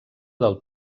del